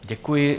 Děkuji.